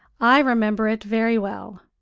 i remember it very well,